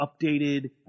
updated